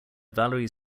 valerie